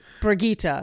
Brigitte